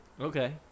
Okay